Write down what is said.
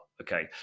Okay